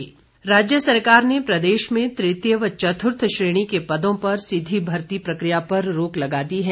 अधिसूचना राज्य सरकार ने प्रदेश में तृतीय व चतुर्थ श्रेणी के पदों पर सीधी भर्ती प्रकिया पर रोक लगा दी है